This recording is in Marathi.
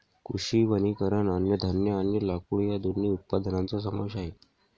कृषी वनीकरण अन्नधान्य आणि लाकूड या दोन्ही उत्पादनांचा समावेश आहे